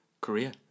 Korea